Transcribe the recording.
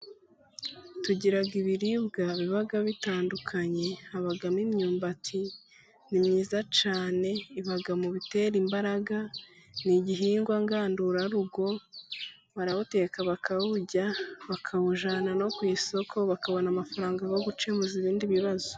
Tugira ibiribwa biba bitandukanye， habamo imyumbati， ni myiza cyane， iba mu bitera imbaraga，ni igihingwa ngandurarugo， barayiteka，bakayirya，bakayijyana no ku isoko， bakabona amafaranga， yo gukemuza ibindi bibazo.